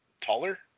taller